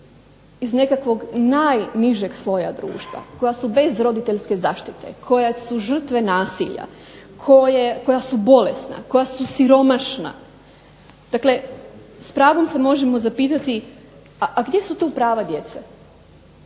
iz nekakvog najnižeg sloja društva, koja su bez roditeljske zaštite, koja su žrtve nasilja, koja su bolesna, koja su siromašna. Dakle, s pravom se možemo zapitati a gdje su tu prava djeca,